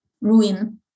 ruin